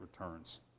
returns